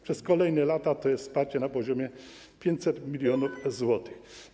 Przez kolejne lata to jest wsparcie na poziomie 500 mln zł.